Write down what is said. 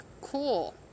cool